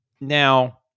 Now